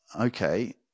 okay